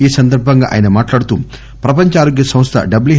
ఈసందర్భంగా ఆయన మాట్లాడుతూ ప్రపంచ ఆరోగ్య సంస్థ డబ్ల్యు